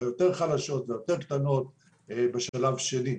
והיותר חלשות והיותר קטנות בשלב השני.